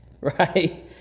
right